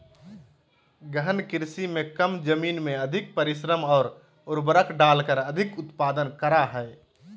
गहन कृषि में कम जमीन में अधिक परिश्रम और उर्वरक डालकर अधिक उत्पादन करा हइ